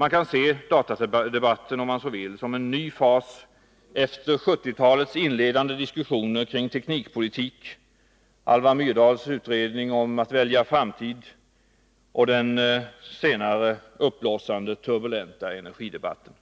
Man kan, om man så vill, se datadebatten som en ny fas efter 1970-talets inledande diskussioner kring teknikpolitik, Alva Myrdals utredning om att välja framtid och den senare uppblossande turbulenta energidebatten.